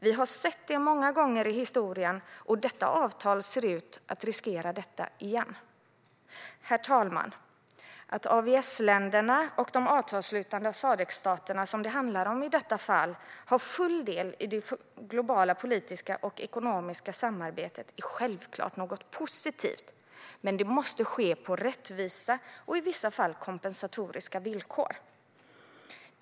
Vi har sett det många gånger i historien, och detta avtal ser ut att riskera det igen. Herr talman! Att AVS-länderna och de avtalsslutande Sadc-staterna som det handlar om i detta fall har full del i det globala politiska och ekonomiska samarbetet är självklart något positivt, men det måste ske på rättvisa och i vissa fall kompensatoriska villkor.